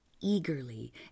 eagerly